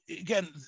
again